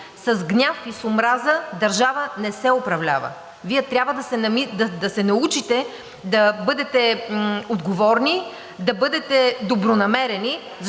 с гняв и с омраза държава не се управлява. Вие трябва да се научите да бъдете отговорни, да бъдете добронамерени,